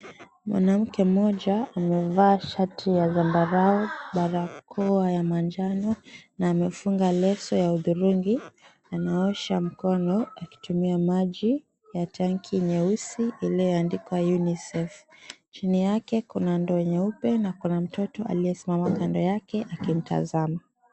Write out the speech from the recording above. Mwanamke mmoja amevaa shati ya zambarau, barakoa ya manjano na amefunga leso ya hudhurungi, anaosha mkono akitumia maji ya tanki nyeusi iliyoandikwa, Unicef. Chini yake kuna ndoo nyeupe na kuna mtoto aliyesimama kando yake akimtazama.